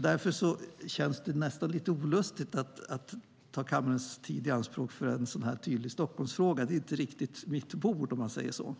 Därför känns det nästan lite olustigt att ta kammarens tid i anspråk för en sådan här tydlig Stockholmsfråga. Det är inte riktigt mitt bord, om man säger så.